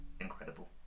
incredible